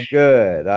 good